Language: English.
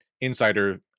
insider